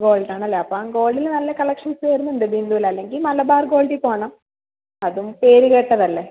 gold ആണല്ലേ അപ്പം ഗോൾഡിൽ നല്ല കളക്ഷൻസ് വരുന്നുണ്ട് ബിന്ദുവിൽ അല്ലെങ്കിൽ മലബാർ ഗോൾഡിൽ പോകണം അതും പേര് കേട്ടതല്ലേ